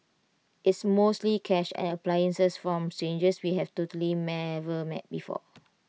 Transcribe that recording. it's mostly cash and appliances from strangers we have totally never met before